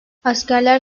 askerler